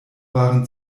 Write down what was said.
waren